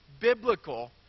biblical